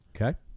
Okay